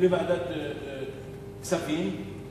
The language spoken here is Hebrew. לוועדת הכספים,